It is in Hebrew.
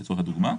לדוגמה,